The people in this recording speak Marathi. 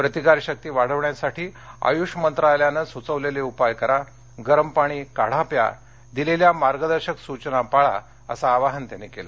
प्रतिकार शक्ती वाढवण्यासाठी आयुष मंत्रालयाने सुचवलेले उपाय करा गरम पाणी काढा प्या दिलेल्या मागर्दर्शक सूचना पाळा अस आवाहन पंतप्रधानांनी केलं